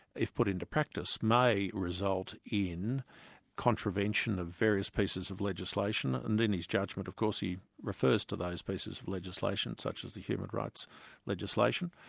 if put into practice, may result in contravention of various pieces of legislation. and in his judgment of course he refers to those pieces of legislation such as the human rights legislation.